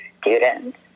students